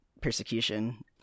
persecution